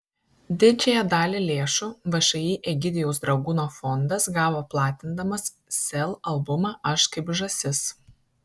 didžiąją dalį lėšų všį egidijaus dragūno fondas gavo platindamas sel albumą aš kaip žąsis